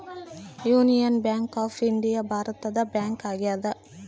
union Bank of India ಭಾರತದ bank ಆಗ್ಯಾದ